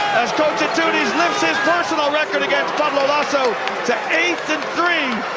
coach itoudis lifts his personal record against pablo laso to eight